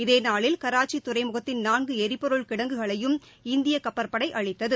இதேநாளில் கராச்சிதுறைமுகத்தின் நான்குளிபொருள் கிடங்குகளையும் இந்தியகப்பற்படைஅழித்தது